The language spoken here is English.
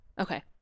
Okay